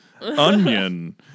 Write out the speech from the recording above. onion